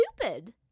stupid